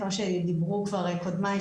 כמו שדיברו כבר קודמיי,